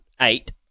eight